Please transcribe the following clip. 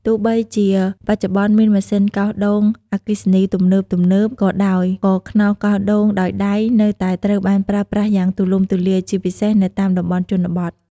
ទោះបីជាបច្ចុប្បន្នមានម៉ាស៊ីនកោសដូងអគ្គិសនីទំនើបៗក៏ដោយ ក៏ខ្នោសកោសដូងដោយដៃនៅតែត្រូវបានប្រើប្រាស់យ៉ាងទូលំទូលាយ ជាពិសេសនៅតាមតំបន់ជនបទ។